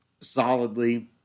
solidly